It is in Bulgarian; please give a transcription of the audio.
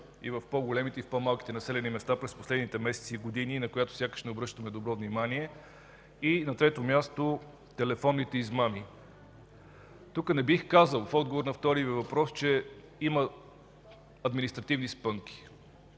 и в по-големите, и в по-малките населени места през последните месеци и години, на която сякаш не обръщаме достатъчно внимание. И на трето място – телефонните измами. Тук не бих казал – в отговор на втория Ви въпрос, че има административни спънки.